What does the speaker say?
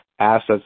assets